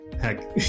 Heck